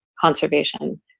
conservation